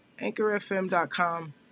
AnchorFM.com